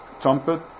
trumpet